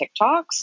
TikToks